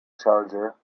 charger